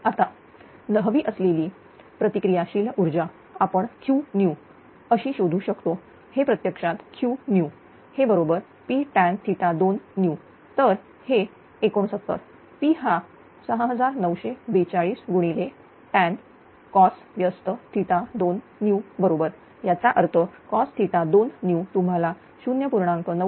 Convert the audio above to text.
आता नवीन हवी असलेली प्रतिक्रिया शील ऊर्जा आपण Qnew कशी शोधू शकतो हे प्रत्यक्षात Qnew हे बरोबरPtan2new तर हे 69 P हा 6942tancos 12new बरोबर याचा अर्थ cos2newतुम्हाला 0